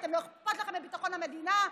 לא אכפת לכם מביטחון המדינה.